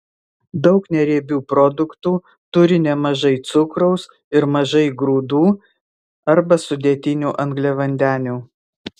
daug neriebių produktų turi nemažai cukraus ir mažai grūdų arba sudėtinių angliavandenių